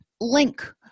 link